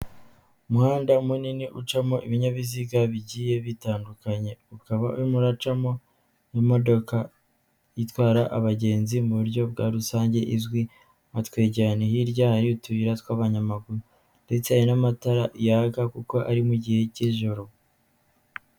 Umuhanda munini ucamo ibinyabiziga bigiye bitandukanye, ukaba urimo uracamo n'imodoka itwara abagenzi mu buryo bwa rusange izwi nka twegerane. Hirya har utuyira tw'abanyamaguru ndetse n'amatara yaka kuko ari mu gihe cy'ijoro.